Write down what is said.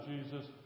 Jesus